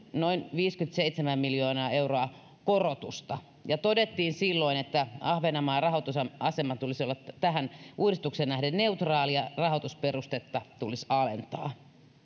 viisikymmentäseitsemän miljoonaa euroa korotusta silloin todettiin että ahvenanmaan rahoitusaseman tulisi olla tähän uudistukseen nähden neutraali ja rahoitusperustetta tulisi alentaa